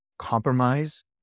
compromise